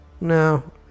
no